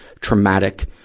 traumatic